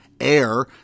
air